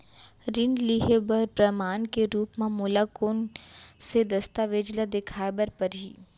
ऋण लिहे बर प्रमाण के रूप मा मोला कोन से दस्तावेज ला देखाय बर परही?